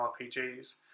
RPGs